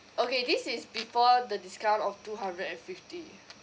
okay this is before the discount of two hundred and fifty